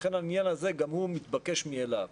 לכן העניין הזה גם הוא מתבקש מאליו.